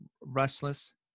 restless